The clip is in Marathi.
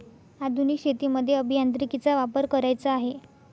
आधुनिक शेतीमध्ये अभियांत्रिकीचा वापर करायचा आहे